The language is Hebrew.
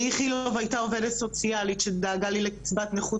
באיכילוב הייתה עובדת סוציאלית שדאגה לי לקצבת נכות